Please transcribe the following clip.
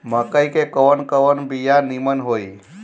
मकई के कवन कवन बिया नीमन होई?